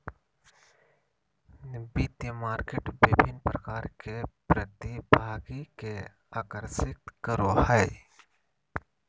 वित्तीय मार्केट विभिन्न प्रकार के प्रतिभागि के आकर्षित करो हइ